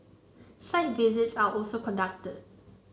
site visits are also conducted